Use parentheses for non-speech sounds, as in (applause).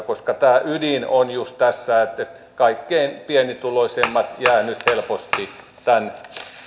(unintelligible) koska tämä ydin on just tässä että kaikkein pienituloisimmat jäävät nyt helposti tämän